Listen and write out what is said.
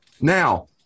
Now